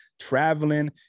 traveling